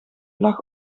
lag